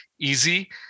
easy